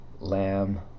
Lamb